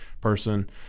person